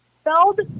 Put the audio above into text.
Spelled